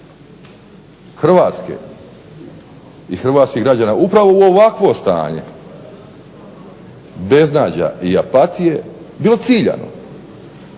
Hrvatske i hrvatskih građana upravo u ovakvo stanje beznađa i apatije bilo ciljano,